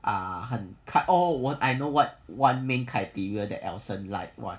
ah 很 cut [what] oh I know what one main criteria that elson like [one]